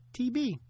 TB